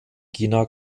gina